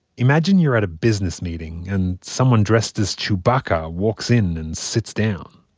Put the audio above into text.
imagine you're at a business meeting, and someone dressed as chewbacca walks in and sits down.